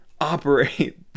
operate